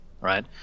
right